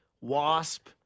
Wasp